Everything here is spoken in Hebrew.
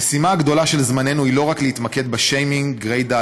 המשימה הגדולה של זמננו היא לא רק להתמקד בשיימינג גרידא,